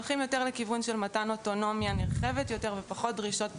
הולכים יותר כיוון של מתן אוטונומיה נרחבת ופחות דרישות פיקוח.